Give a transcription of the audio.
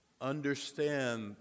understand